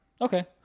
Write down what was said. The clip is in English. Okay